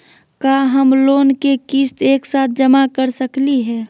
का हम लोन के किस्त एक साथ जमा कर सकली हे?